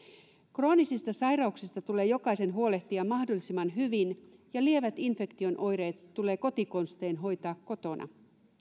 kroonisista sairauksista tulee jokaisen huolehtia mahdollisimman hyvin ja lievät infektion oireet tulee kotikonstein hoitaa kotona